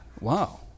wow